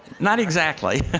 not exactly.